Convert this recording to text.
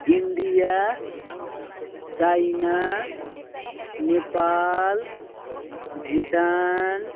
India China Nepal Bhutan